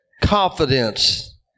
confidence